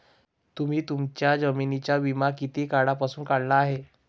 तुम्ही तुमच्या जमिनींचा विमा किती काळापासून काढला आहे?